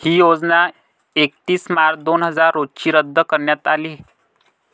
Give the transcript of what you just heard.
ही योजना एकतीस मार्च दोन हजार रोजी रद्द करण्यात आली